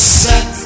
set